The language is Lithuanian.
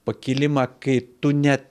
pakilimą kai tu net